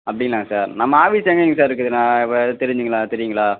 அப்படிங்களாங்க sir நம்ம office எங்கேங்க sir இருக்குது நான் வ தெரிஞ்சுக்கலாம் தெரியுங்களா